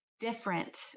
different